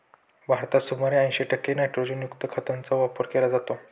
भारतात सुमारे ऐंशी टक्के नायट्रोजनयुक्त खतांचा वापर केला जातो